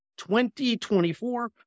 2024